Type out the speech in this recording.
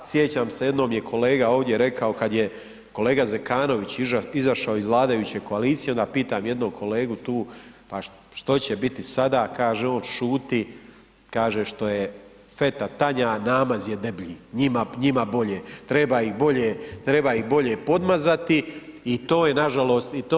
Sjećam se jednom je kolega rekao ovdje kada je kolega Zekanović izašao iz vladajuće koalicije onda pitam jednog kolegu tu, pa što će biti sada, kaže on šuti što je feta tanja namaz je deblji, njima bolje, treba i bolje podmazati i to je nažalost tako.